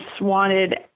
wanted